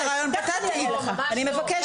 אני תכף אענה לך, אני מבקשת.